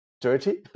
dirty